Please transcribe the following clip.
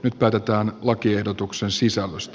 nyt päätetään lakiehdotuksen sisällöstä